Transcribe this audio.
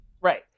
Right